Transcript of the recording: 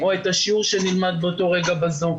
או את השיעור שנלמד באותו רגע בזום.